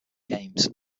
games